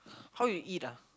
how you eat ah